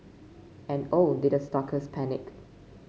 and oh did the stalkers panic